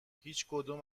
هیچکدوم